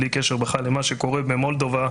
בלי קשר למה שקורה במולדובה,